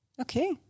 Okay